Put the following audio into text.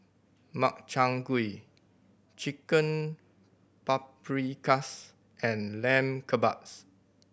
Makchang Gui Chicken Paprikas and Lamb Kebabs